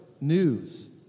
news